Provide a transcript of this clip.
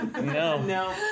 no